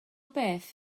beth